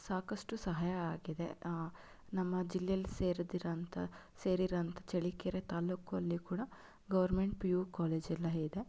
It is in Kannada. ಸಾಕಷ್ಟು ಸಹಾಯ ಆಗಿದೆ ನಮ್ಮ ಜಿಲ್ಲೆಯಲ್ಲಿ ಸೇರ್ದಿರೋಂಥ ಸೇರಿರೋಂಥ ಚಳ್ಳಕೆರೆ ತಾಲೂಕಲ್ಲಿ ಕೂಡ ಗೌರ್ಮೆಂಟ್ ಪಿ ಯು ಕಾಲೇಜೆಲ್ಲ ಇದೆ